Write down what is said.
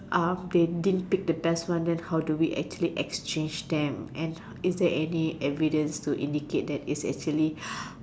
um they didn't pick the best one then how do we actually exchange them and is there any evidence to indicate that is actually